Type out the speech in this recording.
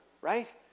right